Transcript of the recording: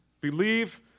believe